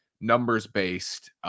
numbers-based